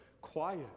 quiet